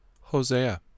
Hosea